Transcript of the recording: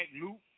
loop